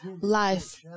life